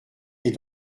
est